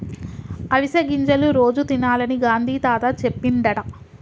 అవిసె గింజలు రోజు తినాలని గాంధీ తాత చెప్పిండట